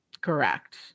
Correct